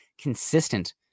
consistent